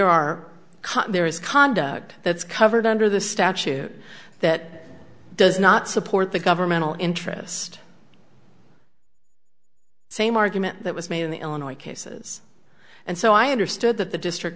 caught there is conduct that's covered under the statute that does not support the governmental interest same argument that was made in the illinois cases and so i understood that the district